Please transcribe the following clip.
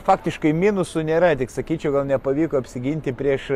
faktiškai minusų nėra tik sakyčiau gal nepavyko apsiginti prieš